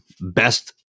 best